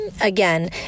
again